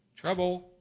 trouble